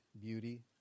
beauty